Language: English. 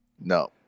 No